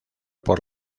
por